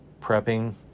prepping